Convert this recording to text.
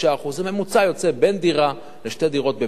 זה בממוצע יוצא בין דירה לשתי דירות בבניין,